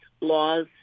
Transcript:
laws